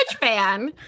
fan